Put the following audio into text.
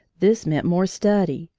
this meant more study.